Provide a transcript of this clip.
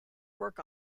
work